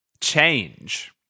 change